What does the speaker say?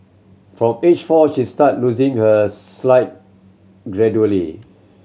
from age four she start losing her slight gradually